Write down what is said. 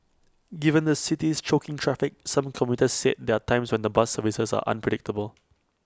given the city's choking traffic some commuters said there are times when the bus services are unpredictable